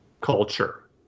culture